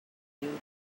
you